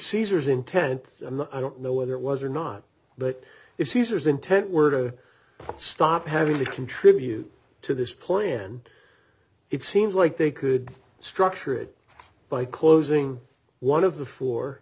caesar's intent i don't know whether it was or not but if caesar's intent were to stop having to contribute to this plan it seems like they could structure it by closing one of the fo